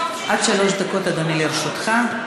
עד שלוש דקות, אדוני, לרשותך.